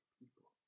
people